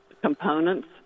components